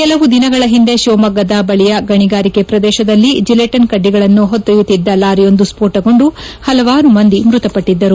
ಕೆಲವು ದಿನಗಳ ಹಿಂದೆ ಶಿವಮೊಗ್ಗದ ಬಳಿಯ ಗಣಿಗಾರಿಕೆ ಪ್ರದೇಶದಲ್ಲಿ ಜಿಲೆಟಿನ್ ಕಡ್ಡಿಗಳನ್ನು ಹೊತ್ತೊಯ್ಯುತ್ತಿದ್ದ ಲಾರಿಯೊಂದು ಸ್ಪೋಣಗೊಂಡು ಹಲವಾರು ಮಂದಿ ಮ್ಬತಪಟ್ಟಿದ್ದರು